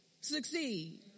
succeed